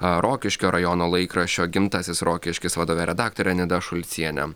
rokiškio rajono laikraščio gimtasis rokiškis vadove redaktore nida šulciene